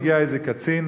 והגיע איזה קצין,